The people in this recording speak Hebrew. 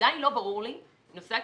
עדיין לא ברור לי נושא הקריטריונים,